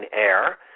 air